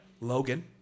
Logan